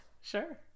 Sure